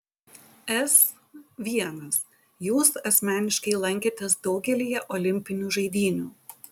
s l jūs asmeniškai lankėtės daugelyje olimpinių žaidynių